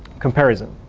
comparison.